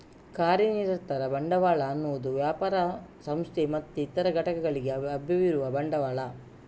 ಕಾರ್ಯನಿರತ ಬಂಡವಾಳ ಅನ್ನುದು ವ್ಯಾಪಾರ, ಸಂಸ್ಥೆ ಮತ್ತೆ ಇತರ ಘಟಕಗಳಿಗೆ ಲಭ್ಯವಿರುವ ಬಂಡವಾಳ